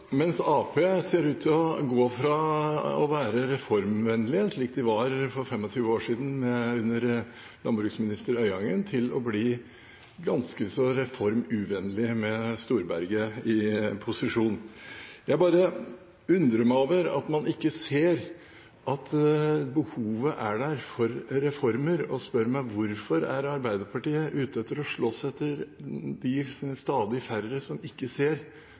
ser ut til å gå fra å være reformvennlig, slik de var for 25 år siden under landbruksminister Øyangen, til å bli ganske så reformuvennlig med Storberget i opposisjon. Jeg bare undrer meg over at man ikke ser at behovet for reformer er der, og jeg spør meg: Hvorfor er Arbeiderpartiet ute etter å slåss for de stadig færre som ikke ser